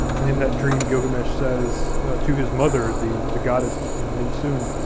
and in that dream, gilgamesh says to his mother, the the goddess ninsun,